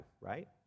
right